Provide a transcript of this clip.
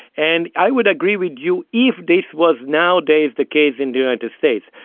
and i would agree with you if this was nowadays the case in the united states.